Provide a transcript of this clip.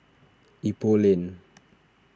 Ipoh Lane